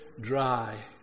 dry